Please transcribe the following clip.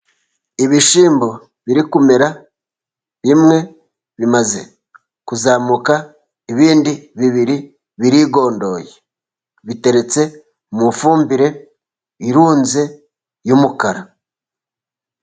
Ibishyimbo biri kumera, bimwe bimaze kuzamuka ibindi bibiri birigondoye, biteretse mu fumbire irunze y'umukara.